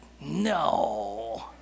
no